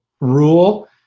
rule